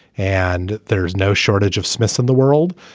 and there's no shortage of smiths in the world.